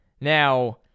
Now